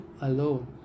alone